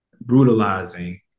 brutalizing